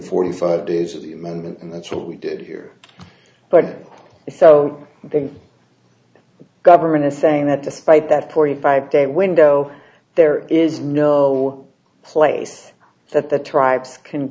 forty five days of the amendment and that's what we did here but without the government is saying that despite that point five day window there is no place that the tribes can